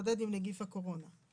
להתמודד עם נגיף הקורונה.